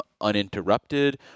uninterrupted